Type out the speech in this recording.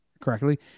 correctly